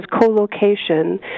co-location